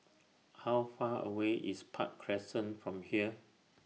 How Far away IS Park Crescent from here